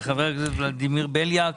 חבר הכנסת ולדימיר בליאק.